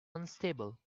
unstable